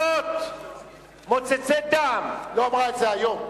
עלוקות, מוצצי דם, היא לא אמרה את זה היום.